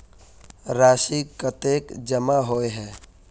राशि कतेक जमा होय है?